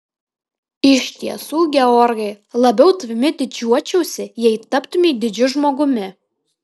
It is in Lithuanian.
iš tiesų georgai labiau tavimi didžiuočiausi jei taptumei didžiu žmogumi